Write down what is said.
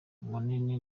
munini